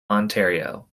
ontario